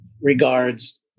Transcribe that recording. regards